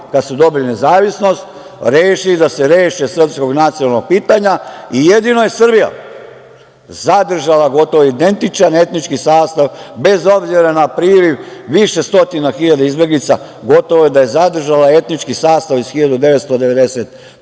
kad su dobili nezavisnost rešili da se reše srpskog nacionalnog pitanja i jedino je Srbija zadržala gotovo identičan etnički sastav, bez obzira na priliv više stotina hiljada izbeglica, gotovo da je zadržala etnički sastav iz 1991.